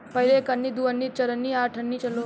पहिले एक अन्नी, दू अन्नी, चरनी आ अठनी चलो